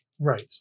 right